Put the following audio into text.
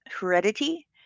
heredity